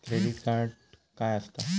Credit card काय असता?